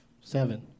seven